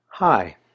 Hi